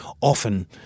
often